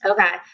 Okay